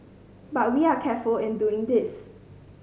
but we are careful in doing this